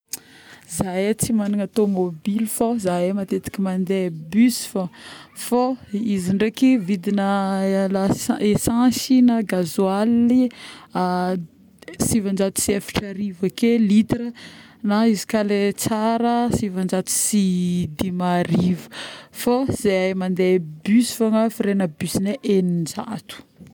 Zahay tsy magna-tômôbily fô zahay matetiky mandeha bus fôgna fô izy ndraiky vidigna lasan-˂hesitation˃ essence.yy na gasoile.yy˂hesitation˃ sivin-jato sy eftrarivo ake litre na iz ka le tsra sivin-jato sy dimarivo fô zahay mande-bus fôgna, frais-na busgnay eninjato